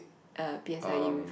uh p_s_l_e with